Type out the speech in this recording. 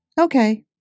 Okay